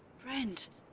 brent,